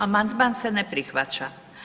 Amandman se ne prihvaća.